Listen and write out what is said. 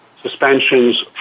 suspensions